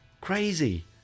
crazy